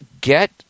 get